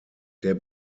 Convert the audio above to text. der